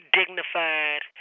dignified